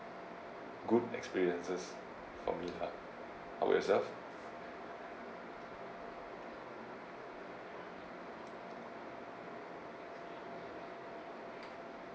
good experiences for me lah how about yourself